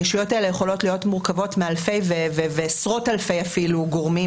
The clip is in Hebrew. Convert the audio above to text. הישויות האלה יכולות להיות מורכבות מאלפי ועשרות אלפי גורמים,